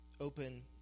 open